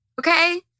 okay